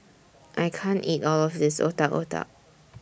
I can't eat All of This Otak Otak